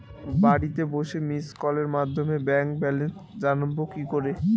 বাড়িতে বসে মিসড্ কলের মাধ্যমে ব্যাংক ব্যালেন্স জানবো কি করে?